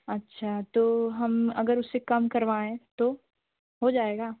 अच्छा तो हम अगर उससे कम करवाएँ तो हो जाएगा